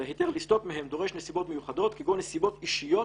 דורש נסיבות מיוחדות כגון נסיבות אישיות,